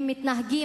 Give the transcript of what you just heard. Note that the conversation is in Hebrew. הם מתנהגים,